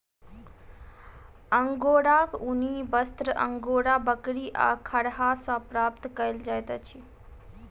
अंगोराक ऊनी वस्त्र अंगोरा बकरी आ खरहा सॅ प्राप्त कयल जाइत अछि